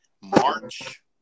March